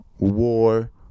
war